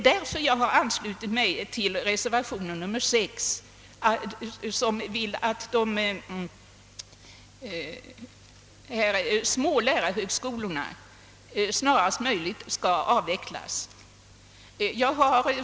Därför har jag anslutit mig till reservation nr 6, där det förordas att de små lärarhögskolorna snarast möjligt skall avvecklas.